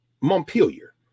Montpelier